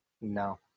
no